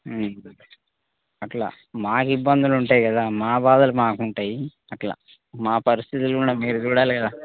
అట్లా మాకు ఇబ్బందులు ఉంటాయి కదా మా బాధలు మాకుంటాయి అట్లా మా పరిస్థితులు కూడా మీరు చూడాలి కదా